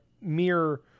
mere